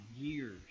Years